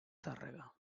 tàrrega